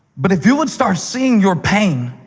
but if you would start seeing your pain